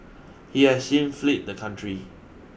he has since flee the country